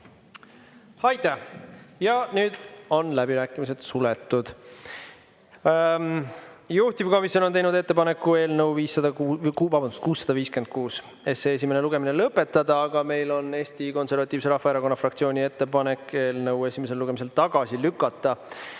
Aitäh! Nüüd on läbirääkimised suletud. Juhtivkomisjon on teinud ettepaneku eelnõu 656 esimene lugemine lõpetada, aga meil on Eesti Konservatiivse Rahvaerakonna fraktsiooni ettepanek eelnõu esimesel lugemisel tagasi lükata.